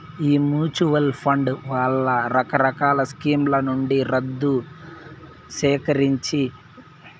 ఈ mutual fund వాళ్లే రకరకాల స్కీంల నుండి దుద్దు సీకరించి వీరే రకంగా పెట్టుబడి పెడతారు